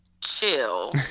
chill